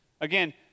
Again